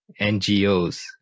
NGOs